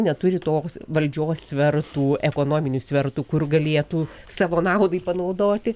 neturi tos valdžios svertų ekonominių svertų kur galėtų savo naudai panaudoti